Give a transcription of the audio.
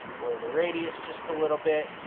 blur the radius just a little bit,